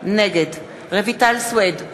נגד רויטל סויד,